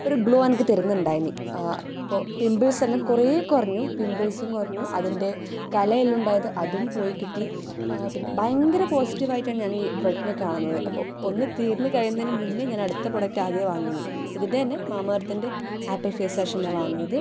ഒരു ഗ്ലോ എനിക്ക് തരുന്നുണ്ടായിനി അപ്പോൾ പിമ്പിൾസെല്ലാം കുറേ കുറഞ്ഞു പിമ്പിൾസും കുറഞ്ഞു അതിൻ്റെ കലയെല്ലാമുണ്ടായത് അതും പോയി കിട്ടി പിന്നെ ഭയങ്കര പോസിറ്റീവായിട്ട് തന്നെയാണ് ഈ പ്രോഡക്റ്റിനെ കാണുന്നത് അപ്പോൾ ഒന്ന് തീർന്ന് കഴിയുന്നതിന് മുന്നേ ഞാൻ അടുത്ത പ്രൊഡക്റ്റ് ആദ്യം വാങ്ങീന് ഇതിൻ്റെ തന്നെ മാമാ എർത്തിൻ്റെ ആപ്പിൾ ഫേസ് വാഷ് തന്നെ വാങ്ങിയത്